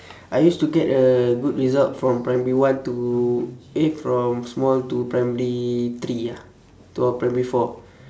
I used to get uh good results from primary one to eh from small to primary three ah to oh primary four